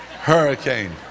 Hurricane